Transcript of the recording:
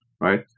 Right